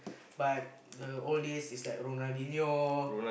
but the old days is like Ronaldinho